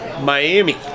Miami